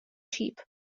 sheep